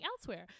elsewhere